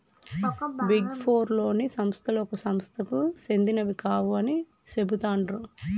big four లోని సంస్థలు ఒక సంస్థకు సెందినవి కావు అని చెబుతాండ్రు